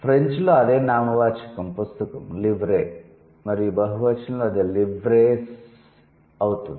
ఫ్రెంచ్లో అదే నామవాచకం పుస్తకం 'లివ్రే' మరియు బహువచనంలో ఇది 'లివ్రే స్' అవుతుంది